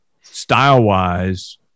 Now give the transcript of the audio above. Style-wise